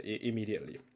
immediately